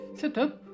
setup